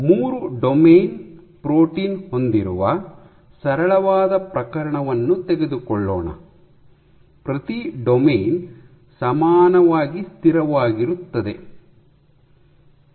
ಮೂರು domain protein ಹೊಂದಿರುವ ಸರಳವಾದ ಪ್ರಕರಣವನ್ನು ತೆಗೆದುಕೊಳ್ಳೋಣ ಪ್ರತಿ ಡೊಮೇನ್ "ಸಮಾನವಾಗಿ ಸ್ಥಿರವಾಗಿರುತ್ತದೆ"